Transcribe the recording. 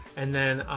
and then, ah,